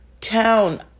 town